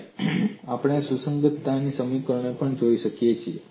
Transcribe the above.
અને આપણે સુસંગતતાના સમીકરણને પણ જોઈ શકીએ છીએ